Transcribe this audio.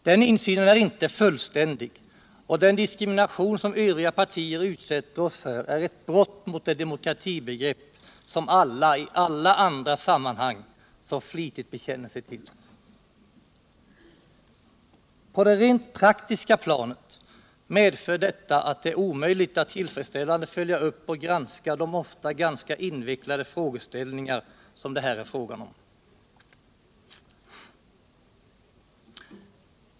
Den insynen är inte fullständig, och den diskriminering som övriga partier utsätter oss för är ett brott mot det demokratibegrepp som alla i alla andra sammanhang så flitigt bekänner sig till. På det rent praktiska planet medför detta att det är omöjligt att tillfredsställande följa upp och granska de ofta ganska invecklade frågeställningar som det här gäller.